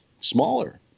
smaller